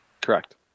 Correct